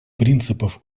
принципов